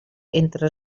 entre